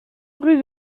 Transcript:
rue